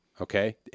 okay